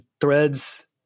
Threads